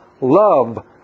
love